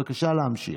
בבקשה להמשיך.